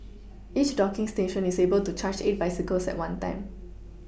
each docking station is able to charge eight bicycles at one time